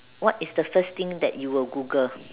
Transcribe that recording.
what is the first thing that you will Google